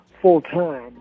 full-time